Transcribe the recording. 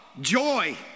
joy